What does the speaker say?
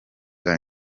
bwa